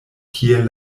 kiel